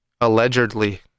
Allegedly